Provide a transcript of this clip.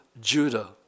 Judah